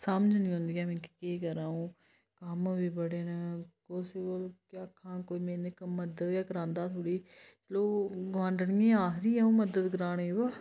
समझ नी औंदी ऐ मिकी केह् करा आ'ऊं कम्म बी बड़े न कुसी ओह् केह् आखां कोई मेरे ने मदद गै करांदा हा थोह्ड़ी लोक गोआंडनी आखदी अ'ऊं मदद कराने बा